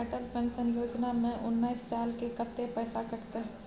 Atal pension योजना में उनैस साल के कत्ते पैसा कटते?